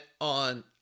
on